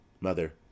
Mother